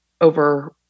over